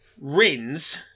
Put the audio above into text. Rins